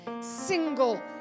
single